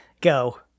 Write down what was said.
go